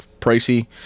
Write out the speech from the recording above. pricey